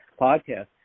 podcast